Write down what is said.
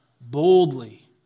boldly